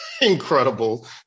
Incredible